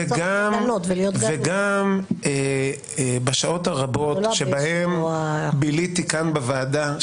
וגם בשעות הרבות שבהם ביליתי כאן בוועדה,